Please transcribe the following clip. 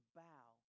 bow